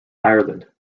ireland